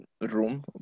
room